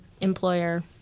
employer